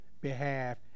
behalf